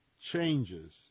changes